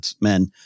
men